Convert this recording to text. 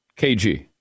KG